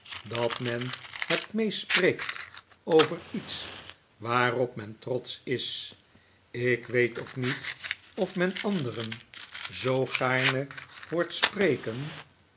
dat men het meest spreekt over iets waarop men trotsch is ik weet ook niet of men anderen zoo gaarne hoort spreken